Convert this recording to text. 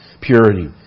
purity